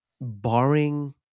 barring